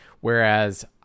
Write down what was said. whereas